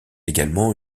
également